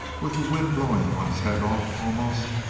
with the wind blowing one's head off, almost,